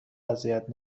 اذیت